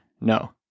no